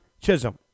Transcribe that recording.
Chisholm